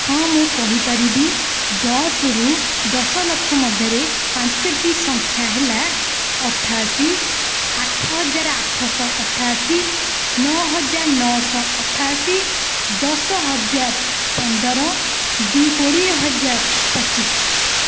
ହଁ ମୁଁ କହିପାରିବି ଦଶ ରୁ ଦଶଲକ୍ଷ ମଧ୍ୟରେ ପାଞ୍ଚଟି ସଂଖ୍ୟା ହେଲା ଅଠାଅଶୀ ଆଠ ହଜାର ଆଠଶହ ଅଠାଅଶୀ ନଅ ହଜାର ନଅ ଶହ ଅଠାଅଶୀ ଦଶହଜାର ପନ୍ଦର କୋଡ଼ିଏ ହଜାର ପଚିଶି